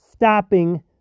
Stopping